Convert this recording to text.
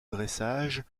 dressage